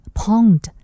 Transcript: pond